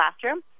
classroom